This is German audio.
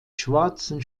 schwarzen